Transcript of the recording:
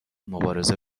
مبارزه